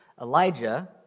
Elijah